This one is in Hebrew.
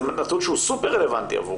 זה נתון שהוא סופר רלוונטי עבורכם.